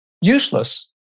useless